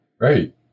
right